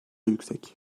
yüksek